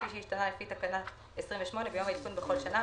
כפי שהשתנה לפי תקנה 28 ביום העדכון בכל שנה,